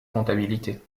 comptabilité